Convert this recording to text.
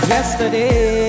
Yesterday